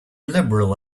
liberal